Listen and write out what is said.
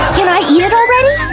can i eat it already?